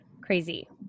crazy